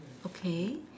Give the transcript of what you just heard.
okay